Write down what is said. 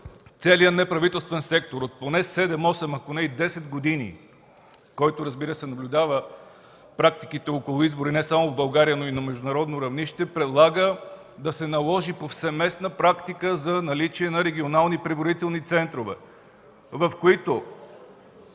Целият неправителствен сектор от поне 7-8, ако не и 10 години, който, разбира се, наблюдава практиките около избори не само в България, а и на международно равнище, предлага да се наложи повсеместна практика за наличие на регионални преброителни центрове, в които